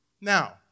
Now